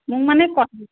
মোক মানে ক